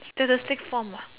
statistic from